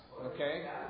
Okay